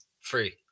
Free